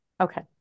Okay